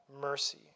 mercy